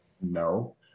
No